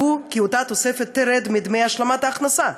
קבעו כי אותה תוספת תרד מדמי השלמת ההכנסה.